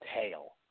tail